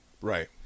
Right